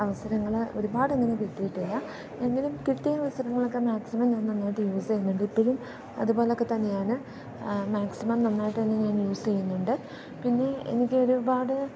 അവസരങ്ങൾ ഒരുപാടങ്ങനെ കിട്ടിയിട്ടില്ല എങ്കിലും കിട്ടിയ അവസരങ്ങളൊക്കെ മാക്സിമം ഞാൻ നന്നായിട്ട് യൂസ് ചെയ്യുന്നുണ്ട് ഇപ്പോഴും അതുപോലെ ഒക്കെത്തന്നെയാണ് മാക്സിമം നന്നായിട്ട് തന്നെ ഞാൻ യൂസ് ചെയ്യുന്നുണ്ട് പിന്നെ എനിക്ക് ഒരുപാട്